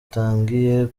utangiye